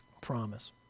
promise